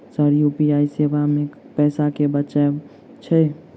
Sir UPI सेवा मे पैसा केँ बचाब छैय?